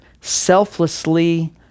selflessly